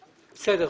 בסדר.